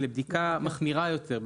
לבדיקה מחמירה יותר,